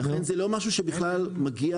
לכן זה לא מגיע בכלל לפתחנו.